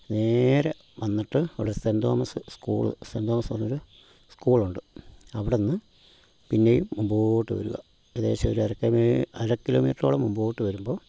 നേരെ വന്നിട്ട് അവിടെ Saint Thomas school Saint Thomas എന്ന് പറഞ്ഞൊരു സ്കൂളുണ്ട് അവിടുന്ന് പിന്നെയും മുമ്പോട്ട് വരിക ഏകദേശം ഒര അര കിമീ കിലോമീറ്ററോളം മുൻപോട്ട് വരുമ്പോൾ